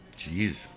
Jeez